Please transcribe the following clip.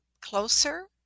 closer